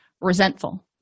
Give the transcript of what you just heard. resentful